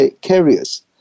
carriers